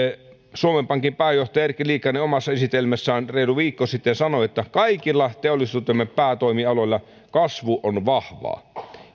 suomen pankin pääjohtaja erkki liikanen omassa esitelmässään reilu viikko sitten sanoi kaikilla teollisuutemme päätoimialoilla kasvu on vahvaa